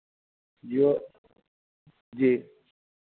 जो जी